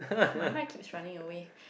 my mic keeps running away